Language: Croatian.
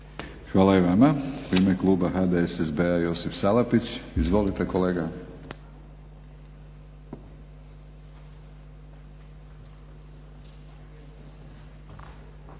Hvala i vama. U ime kluba HDSSB-a Josip Salapić. Izvolite kolega.